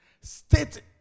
State